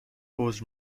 عذر